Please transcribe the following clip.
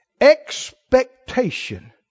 expectation